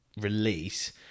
release